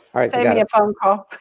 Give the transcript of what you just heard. all right. send me the phone call.